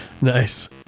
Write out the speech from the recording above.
nice